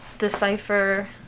decipher